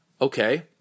Okay